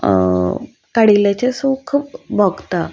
काडिल्ल्याचें सूख भोगता